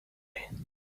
eye